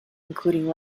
including